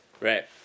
right